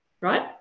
right